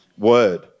Word